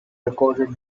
recorded